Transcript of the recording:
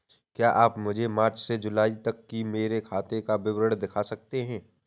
क्या आप मुझे मार्च से जूलाई तक की मेरे खाता का विवरण दिखा सकते हैं?